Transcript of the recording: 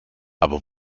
aber